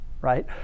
right